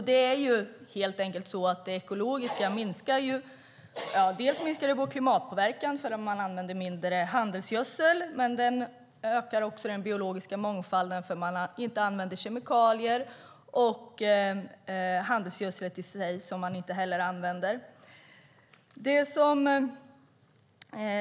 Det ekologiska minskar helt enkelt vår klimatpåverkan eftersom man använder mindre handelsgödsel, men det ökar också den biologiska mångfalden eftersom man inte använder kemikalier och inte heller handelsgödsel i sig.